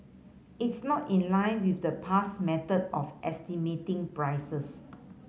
it's not in line with the past method of estimating prices